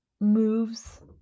moves